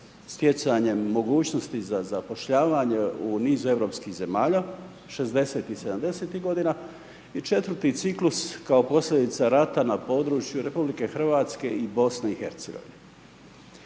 stjecanjem mogućnosti za zapošljavanje u niz europskih zemalja, '60. i '70. godina i četvrti ciklus kao posljedica rata na području RH i BIH. U okviru ovih